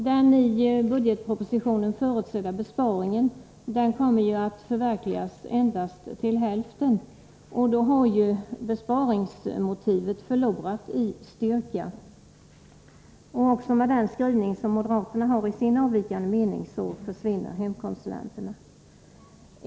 Den i budgetpropositionen förutsedda besparingen kommer att förverkligas endast till hälften, och då har besparingsmotivet förlorat i styrka. Också med den skrivning moderaterna har i sin avvikande mening försvinner hemkonsulenterna.